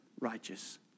righteous